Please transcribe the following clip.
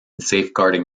safeguarding